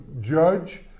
judge